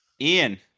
Ian